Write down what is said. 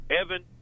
Evan